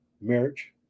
marriage